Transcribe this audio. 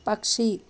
పక్షి